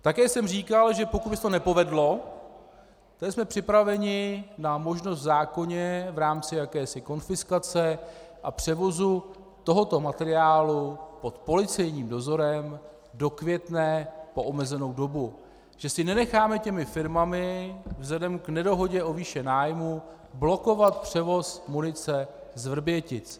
Také jsem říkal, že pokud by se to nepovedlo, jsme připraveni na možnost v zákoně v rámci jakési konfiskace a převozu tohoto materiálu pod policejním dozorem do Květné po omezenou dobu, že si nenecháme firmami vzhledem k nedohodě o výši nájmu blokovat převoz munice z Vrbětic.